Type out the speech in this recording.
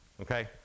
Okay